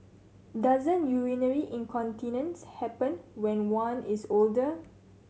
doesn't urinary incontinence happen when one is older